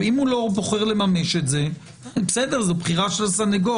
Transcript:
אם הוא לא בוחר לממש את זה - זו בחירה של הסנגור.